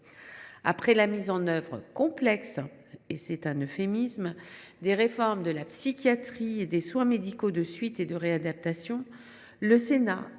Après la mise en œuvre complexe – c’est un euphémisme – des réformes de la psychiatrie et des soins médicaux de suite et de réadaptation, le Sénat a